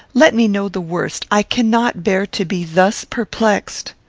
let me know the worst i cannot bear to be thus perplexed.